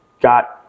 got